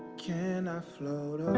can i float